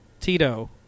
Tito